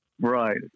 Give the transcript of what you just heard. Right